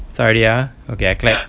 start already ah okay I clap